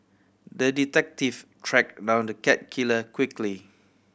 the detective track down the cat killer quickly